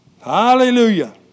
Hallelujah